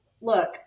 Look